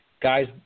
guys